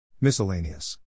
Miscellaneous